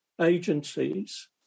agencies